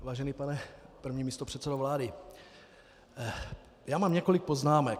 Vážený pane první místopředsedo vlády, já mám několik poznámek.